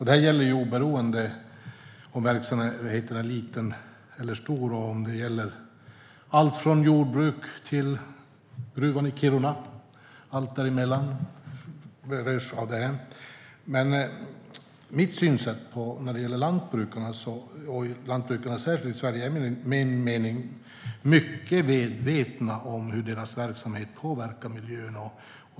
Det gäller oberoende av om verksamheten är liten eller stor, och allt från jordbruk till gruvan i Kiruna och allt däremellan berörs av detta. Mitt synsätt när det gäller lantbrukarna, särskilt i Sverige, är att vi är mycket medvetna om hur deras verksamhet påverkar miljön.